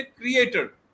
creator